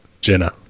Jenna